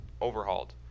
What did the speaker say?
overhauled